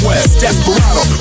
Desperado